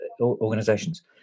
organizations